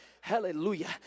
Hallelujah